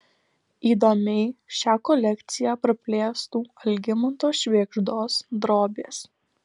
įdomiai šią kolekciją praplėstų algimanto švėgždos drobės